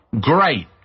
great